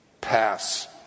pass